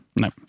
No